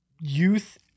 youth